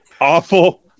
awful